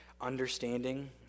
understanding